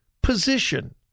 position